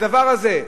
הדבר הזה,